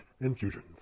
infusions